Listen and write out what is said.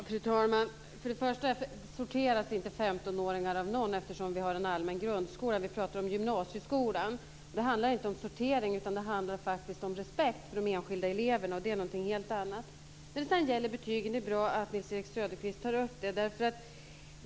Fru talman! Till att börja med handlar det inte om att sortera 15-åringar, eftersom vi har en allmän grundskola. Nu pratar vi om gymnasieskolan. Det handlar inte om sortering, utan det handlar faktiskt om respekt för de enskilda eleverna, och det är någonting helt annat. Det är bra att Nils-Erik Söderqvist tar upp frågan om betygen.